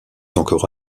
encore